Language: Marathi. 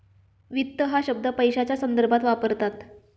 वित्त हा शब्द पैशाच्या संदर्भात वापरतात